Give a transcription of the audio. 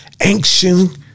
ancient